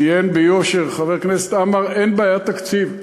ציין ביושר חבר הכנסת עמאר, אין בעיית תקציב.